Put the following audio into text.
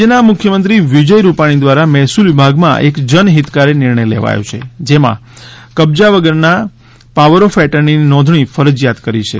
રાજ્યના મુખ્યમંત્રી વિજય રૂપાણી દ્વારા મહેસૂલ વિભાગમાં એક જનહિતકારી નિર્ણય લેવાયો જેમાં કબજા વગરના પાવર ઓફ એટર્નીની નોંધણી ફરજીયાત કરી છે